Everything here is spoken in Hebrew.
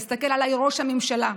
הסתכל עליי, ראש הממשלה.